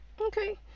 Okay